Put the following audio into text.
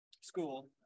school